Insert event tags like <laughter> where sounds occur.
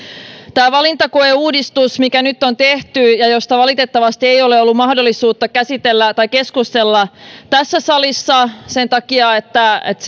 tämä valintakoeuudistus joka nyt on tehty ja josta valitettavasti ei ole ollut mahdollisuutta keskustella tässä salissa sen takia että että <unintelligible>